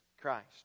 Christ